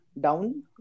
down